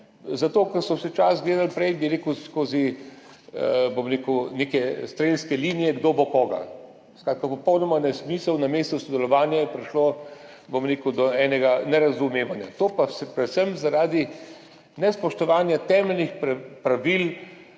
Zato ker so se včasih prej gledali, bi rekel, skozi neke strelske linije, kdo bo koga. Skratka, popolnoma nesmiselno. Namesto sodelovanja je prišlo do enega nerazumevanja. To pa predvsem zaradi nespoštovanja temeljnih pravil